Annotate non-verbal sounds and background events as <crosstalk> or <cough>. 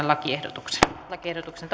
<unintelligible> lakiehdotuksesta lakiehdotuksesta <unintelligible>